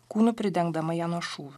kūnu pridengdama ją nuo šūvių